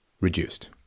reduced